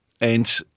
and-